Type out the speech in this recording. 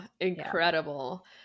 Incredible